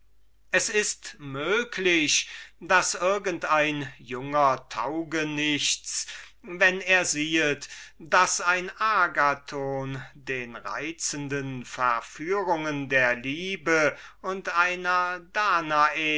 es ist möglich daß irgend ein junger taugenichts wenn er siehet daß ein agathon den reizenden verführungen der liebe und einer danae